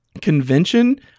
convention